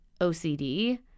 OCD